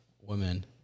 women